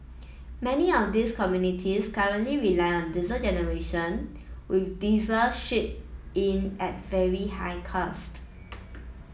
many of these communities currently rely on diesel generation with diesel shipped in at very high cost